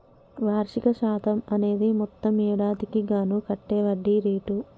వార్షిక శాతం అనేది మొత్తం ఏడాదికి గాను కట్టే వడ్డీ రేటు